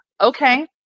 Okay